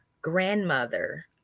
grandmother